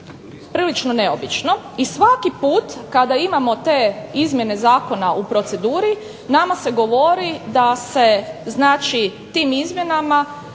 prilično neobično i svaki put kada imamo te izmjene zakona u proceduri nama se govori da se tim izmjenama